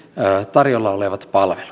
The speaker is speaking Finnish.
tarjolla olevat palvelut